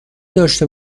داشته